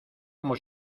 como